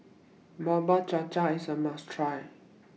Bubur Cha Cha IS A must Try